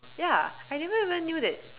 ya I never even knew that